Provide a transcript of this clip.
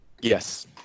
Yes